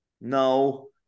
No